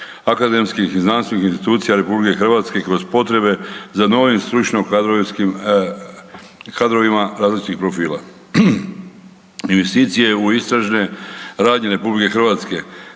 akademskih i znanstvenih institucija RH kroz potrebe za novim stručnim kadrovima različitih profila. Investicije u istražne radnje RH ništa